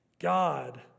God